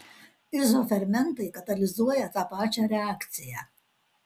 izofermentai katalizuoja tą pačią reakciją